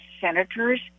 Senators